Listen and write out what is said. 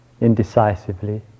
indecisively